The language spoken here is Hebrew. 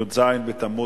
התשע"א 2011,